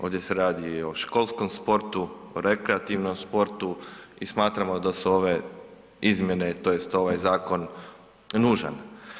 Ovdje se radi i o školskom sportu, o rekreativnom sportu i smatramo da su ove izmjene tj. ovaj zakon nužan.